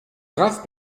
grave